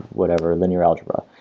whatever, linear algebra.